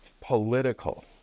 political